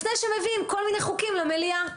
לפני שמביאים כל מיני חוקים למליאה.